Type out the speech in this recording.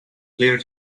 clear